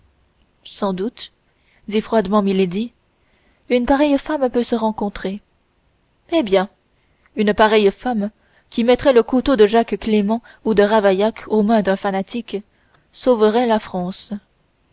sans doute dit froidement milady une pareille femme peut se rencontrer eh bien une pareille femme qui mettrait le couteau de jacques clément ou de ravaillac aux mains d'un fanatique sauverait la france